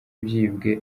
byibwe